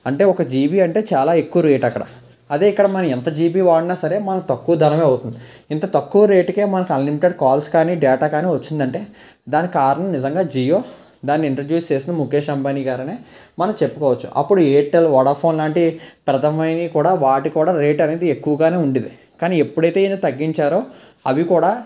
అంటే ఒక జీబీ అంటే చాలా ఎక్కువ రేటు అక్కడ అదే ఇక్కడ మనం ఎంత జీబీ వాడినా సరే మనం తక్కువ ధర అవుతుంది ఇంత తక్కువ రేటుకే మనకి అన్లిమిటెడ్ కాల్స్ కానీ డేటా కానీ వచ్చిందంటే దానికి కారణం నిజంగా జియో దాన్ని ఇంట్రడ్యూస్ చేసిన ముఖేష్ అంబానీ గారు అనే మనం చెప్పుకోవచ్చు అప్పుడు ఎయిర్టెల్ వోడాఫోన్ లాంటి ప్రధమమైనవి కూడా వాటి కూడా రేటు అనేది ఎక్కువగానే ఉండేది కానీ ఎప్పుడైతే ఈయన తగ్గించారో అవి కూడా